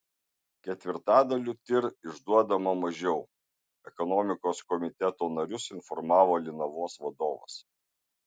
ketvirtadaliu tir išduodama mažiau ekonomikos komiteto narius informavo linavos vadovas